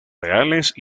reales